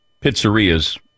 pizzerias